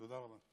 תודה רבה.